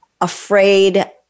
afraid